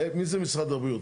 מי זה משרד הבריאות?